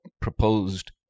proposed